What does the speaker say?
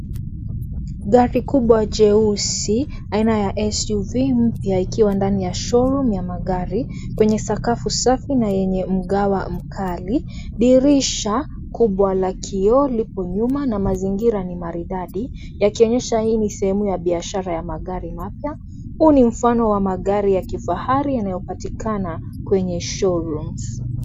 Gari kubwa jeusi aina ya suv mpya ikiwa ndani ya show room ya magari. Kwenye sakafu safi na yenye mgawa mkali. Dirisha kubwa la kioo liko nyuma na mazingira ni maridadi. Yakionyesha hii sehemu ya biashara ya magari mapya. Huu ni mfano wa magari ya kifahari yanayopatikana kwenye show room .